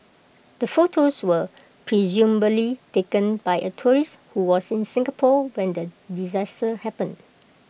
the photos were presumably taken by A tourist who was in Singapore when the disaster happened